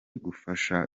gufasha